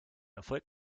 erfolg